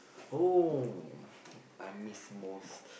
oh I miss most